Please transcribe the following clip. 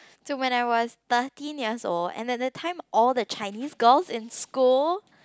so when I was thirteen years old and that that time all the Chinese girls in school